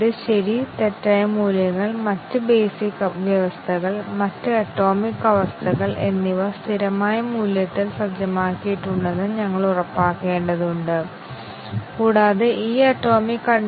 അതിനാൽ മറ്റ് വ്യവസ്ഥകൾക്ക് സാധ്യമായ വിവിധ മൂല്യങ്ങൾ നൽകുന്നത് ശരിക്കും പ്രശ്നമല്ല